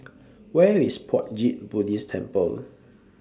Where IS Puat Jit Buddhist Temple